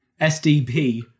SDP